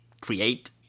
create